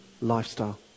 lifestyle